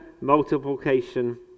multiplication